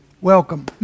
welcome